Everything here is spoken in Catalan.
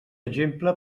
exemple